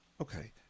Okay